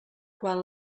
quan